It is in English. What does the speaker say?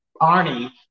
Arnie